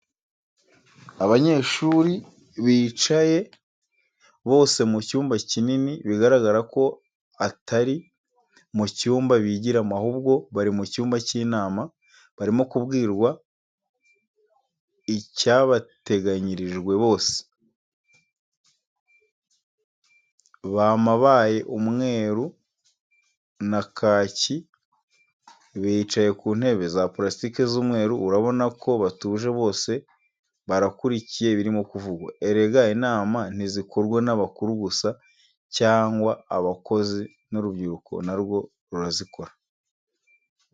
Abanyeshuri bicaye bose mu cyumba kinini bigaragara ko atari mu byumba bigiramo, ahubwo bari mu cyumba cy'inama barimo kubwirwa icyabateganyirijwe bose, bamabaye umweru na kaki bicaye kuntebe za purasitika z'umweru, urabona ku batuje bose barakurikiye ibirimo kuvugwa. Erega inama ntizikorwa n'abakuru gusa cyangwa abakozi n'urubyiruko na rwo rurazikora.